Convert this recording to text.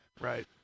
Right